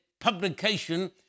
publication